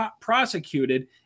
prosecuted